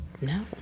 No